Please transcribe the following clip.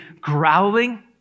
growling